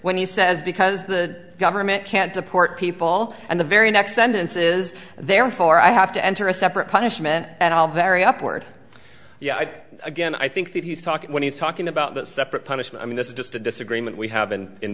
when he says because the government can't deport people all and the very next sentence is therefore i have to enter a separate punishment at all very upward yeah again i think that he's talking when he's talking about that separate punishment i mean this is just a disagreement we have been in